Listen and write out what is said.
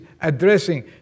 addressing